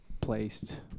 placed